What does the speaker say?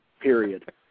period